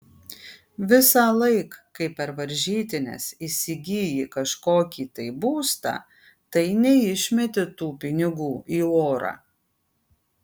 visąlaik kai per varžytines įsigyji kažkokį tai būstą tai neišmeti tų pinigų į orą